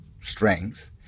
strength